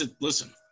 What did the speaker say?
Listen